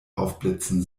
aufblitzen